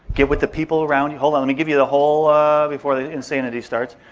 get with the people around you. hold on, let me give you the whole before the insanity starts.